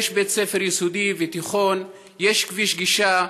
יש בית ספר יסודי ותיכון ויש כביש גישה,